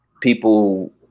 people